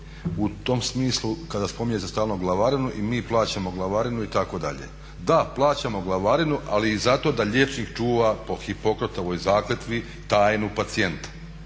u tom smislu kada spominjete stalno glavarinu i mi plaćamo glavarinu itd. Da, plaćamo glavarinu ali i zato da liječnik čuva po Hipokratovoj zakletvi tajnu pacijenata.